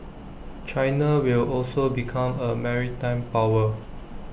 China will also become A maritime power